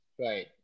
Right